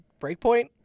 Breakpoint